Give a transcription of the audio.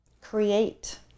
create